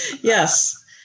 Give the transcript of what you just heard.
Yes